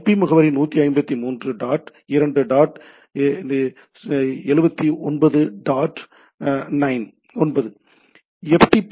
IP முகவரி 153 dot 2 dot seventy nine dot nine 9